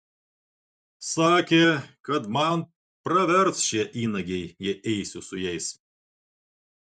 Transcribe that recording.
sakė kad man pravers šie įnagiai jei eisiu su jais